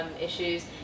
issues